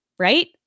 Right